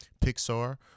pixar